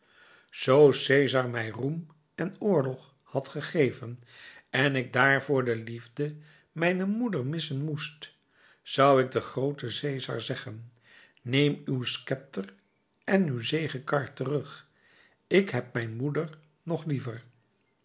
zoo cesar mij roem en oorlog had gegeven en ik daarvoor de liefde mijner moeder missen moest zou ik den grooten cesar zeggen neem uw schepter en uw zegekar terug ik heb mijn moeder nog liever